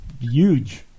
huge